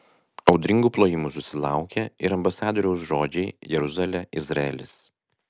audringų plojimų susilaukė ir ambasadoriaus žodžiai jeruzalė izraelis